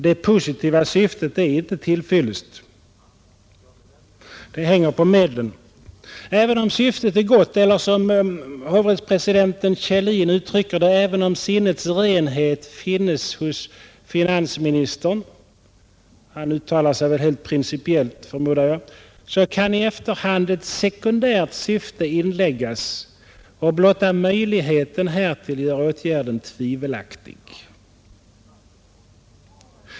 Det positiva syftet är inte till fyllest. Det hänger på medlen. Även om syftet är gott, eller som hovrättspresidenten Kjellin uttrycker sig, även om sinnets renhet finns hos finansministern — han uttalar sig helt principiellt, förmodar jag — kan i efterhand ett sekundärt syfte inläggas och blotta möjligheten härtill gör åtgärden tvivelaktig.